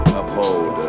uphold